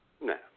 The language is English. No